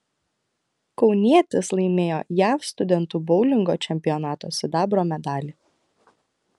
kaunietis laimėjo jav studentų boulingo čempionato sidabro medalį